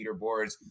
leaderboards